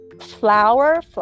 Flower